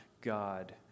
God